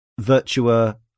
Virtua